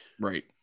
right